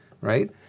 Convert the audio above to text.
right